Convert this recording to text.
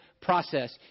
Process